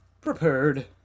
prepared